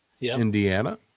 Indiana